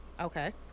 Okay